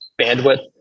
bandwidth